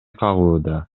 кагууда